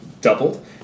doubled